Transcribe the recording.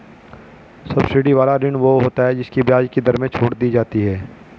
subsidy वाला ऋण वो होता है जिसकी ब्याज की दर में छूट दी जाती है